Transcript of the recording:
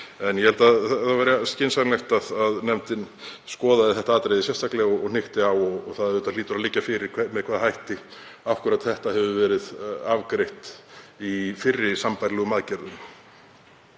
En ég held að það væri skynsamlegt að nefndin skoðaði þetta atriði sérstaklega og hnykkti á og það hlýtur að liggja fyrir með hvaða hætti akkúrat þetta hefur verið afgreitt í fyrri sambærilegum aðgerðum.